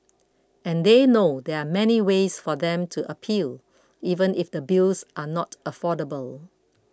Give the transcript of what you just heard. and they know there are many ways for them to appeal even if the bills are not affordable